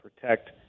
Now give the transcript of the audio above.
protect